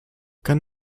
kann